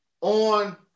on